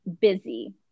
busy